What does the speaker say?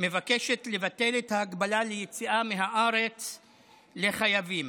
מבקשת לבטל את ההגבלה ליציאה מהארץ לחייבים.